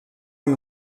amb